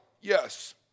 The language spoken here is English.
Yes